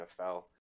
NFL